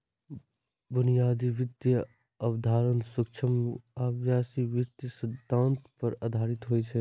बुनियादी वित्तीय अवधारणा सूक्ष्म आ व्यापक वित्तीय सिद्धांत पर आधारित होइ छै